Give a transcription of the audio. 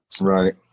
right